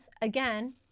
again